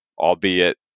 albeit